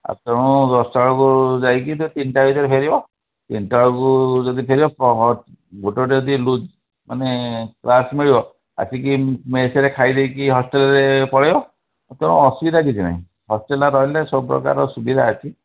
ଆଉ ତେଣୁ ଦଶଟା ବେଳକୁ ଯାଇକି ତିନିଟା ଭିତରେ ଫେରିବ ତିନିଟା ବେଳକୁ ଯଦି ଫେରିବ ମାନେ କ୍ଳାସ୍ ମିଳିବ ଆସିକି ମେସ୍ରେ ଖାଇଦେଇକି ହଷ୍ଟେଲ୍ ପଳାଇବ ତେଣୁ ଅସୁବିଧା କିଛି ନାହିଁ ହଷ୍ଟେଲ୍ରେ ରହିଲେ ସବୁ ପ୍ରକାରର ସୁବିଧା ଅଛି